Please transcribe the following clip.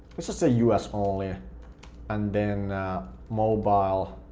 let's just say us only and then mobile,